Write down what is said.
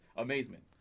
Amazement